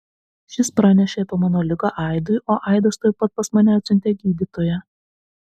šis pranešė apie mano ligą aidui o aidas tuoj pat pas mane atsiuntė gydytoją